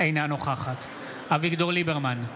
אינה נוכחת אביגדור ליברמן,